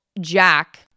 Jack